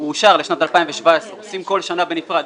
הוא אושר לשנת 2017. עושים כל שנה בנפרד.